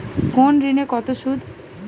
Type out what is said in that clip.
কোন ঋণে কত সুদ?